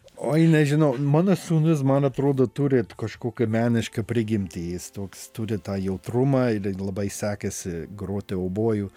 oi nežinau mano sūnus man atrodo turi kažkokią menišką prigimtį jis toks turi tą jautrumą ir labai sekasi groti oboju